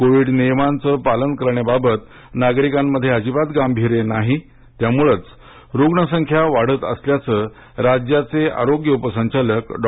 Covid नियमांचे पालन करण्याबाबत नागरिकांमध्ये अजिबात गांभीर्य नाही त्यामुळेच रुग्ण संख्या वाढत असल्याचे राज्याचे आरोग्य उपसंचालक डॉ